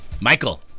Michael